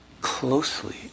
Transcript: closely